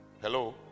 hello